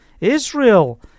Israel